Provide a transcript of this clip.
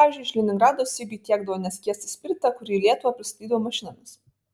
pavyzdžiui iš leningrado sigiui tiekdavo neskiestą spiritą kurį į lietuvą pristatydavo mašinomis